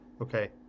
Okay